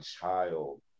child